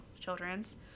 children's